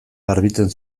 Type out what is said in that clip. garbitzen